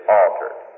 altered